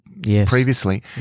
previously